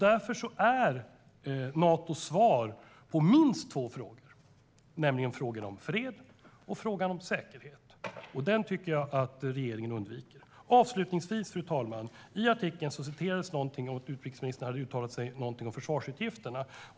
Därför är Nato svaret på minst två frågor, nämligen frågan om fred och frågan om säkerhet. Det tycker jag att regeringen undviker. Avslutningsvis, fru talman, skrevs det någonting om att utrikesministern hade uttalat sig om försvarsutgifterna.